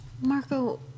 Marco